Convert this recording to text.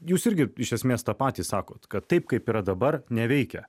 jūs irgi iš esmės tą patį sakot kad taip kaip yra dabar neveikia